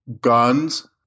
guns